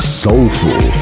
soulful